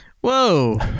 whoa